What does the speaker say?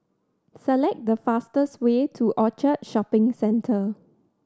select the fastest way to Orchard Shopping Centre